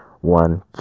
one